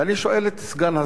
ואני שואל את סגן השר,